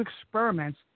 experiments